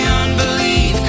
unbelief